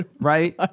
Right